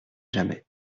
jamais